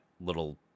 little